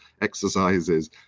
exercises